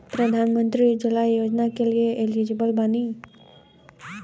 प्रधानमंत्री उज्जवला योजना के लिए एलिजिबल बानी?